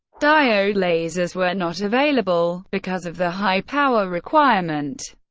diode lasers were not available because of the high power requirement,